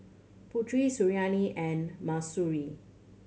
Putri Suriani and Mahsuri